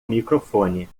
microfone